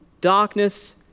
Darkness